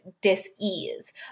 dis-ease